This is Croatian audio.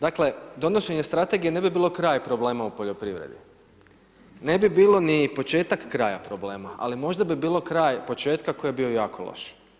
Dakle, donošenje strategije ne bi bilo kraj problema u poljoprivredi, ne bi bilo ni početak kraja problema, ali možda bi bilo kraj početka koji je bio jako loš.